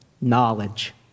knowledge